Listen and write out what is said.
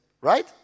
right